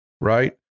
right